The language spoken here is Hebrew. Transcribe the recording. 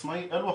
בסוף.